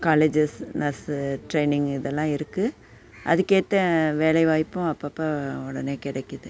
colleges nurse training இதெல்லாம் இருக்குது அதுக்கேற்ற வேலைவாய்ப்பும் அப்போ அப்போ உடனே கிடைக்கிது